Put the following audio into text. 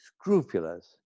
scrupulous